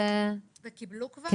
וקיבלו כבר?